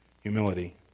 humility